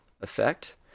effect